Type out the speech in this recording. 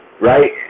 right